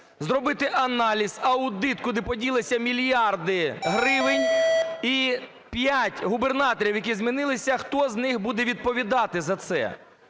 зробити аналіз, аудит, куди поділися мільярди гривень, і п’ять губернаторів, які змінилися, хто з них буде відповідати за це.